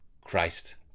Christ